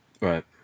Right